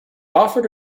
offered